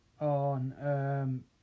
On